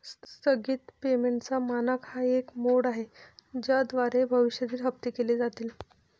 स्थगित पेमेंटचा मानक हा एक मोड आहे ज्याद्वारे भविष्यातील हप्ते केले जातील